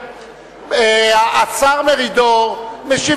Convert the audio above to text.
השר מרידור משיב,